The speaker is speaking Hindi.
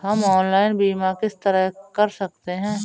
हम ऑनलाइन बीमा किस तरह कर सकते हैं?